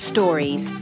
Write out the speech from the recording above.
Stories